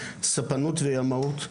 ספנות וימאות,